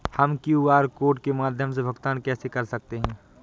हम QR code के माध्यम से भुगतान कैसे कर सकते हैं?